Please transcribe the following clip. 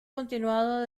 continuado